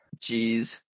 Jeez